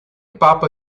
papa